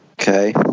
Okay